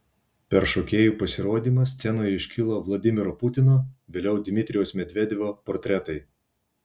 per šokėjų pasirodymą scenoje iškilo vladimiro putino vėliau dmitrijaus medvedevo portretai